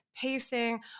pacing